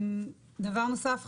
דבר נוסף חשוב,